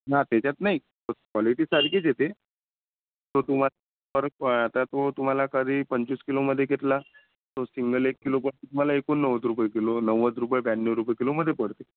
हा त्याच्यात नाही क्वालिटी सारखीच येते तो तुम्हांस परत तो तुम्हाला कधी पंचवीस किलोमध्ये घेतला तो सिंगल एक किलो पण तुम्हाला एकोणनव्वद रुपये किलो नव्वद रुपये ब्याण्णव रुपये किलोमध्ये पडते